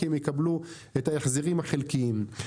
כי הם יקבלו את ההחזרים החלקיים.